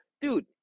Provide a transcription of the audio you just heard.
dude